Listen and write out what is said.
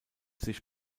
sich